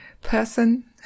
person